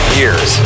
years